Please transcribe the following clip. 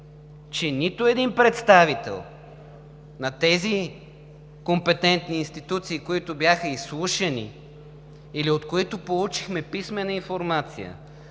че нито един представител на тези компетентни институции, които бяха изслушани или от които получихме писмена информация,